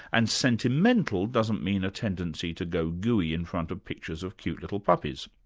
and sentimental doesn't mean a tendency to go gooey in front of pictures of cute little puppies.